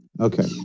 Okay